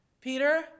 Peter